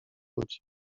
ludzi